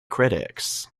critics